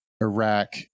Iraq